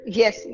yes